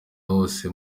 hose